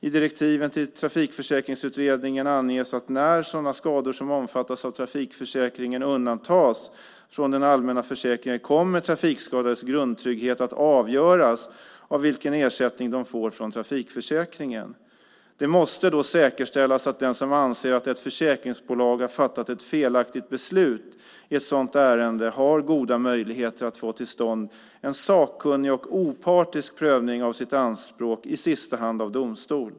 I direktiven till Trafikförsäkringsutredningen anges att när sådana skador som omfattas av trafikförsäkringen undantas från den allmänna försäkringen kommer trafikskadades grundtrygghet att avgöras av vilken ersättning de får från trafikförsäkringen. Det måste då säkerställas att den som anser att ett försäkringsbolag har fattat ett felaktigt beslut i ett sådant ärende har goda möjligheter att få till stånd en sakkunnig och opartisk prövning av sitt anspråk, i sista hand av domstol.